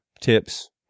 tips